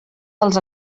dels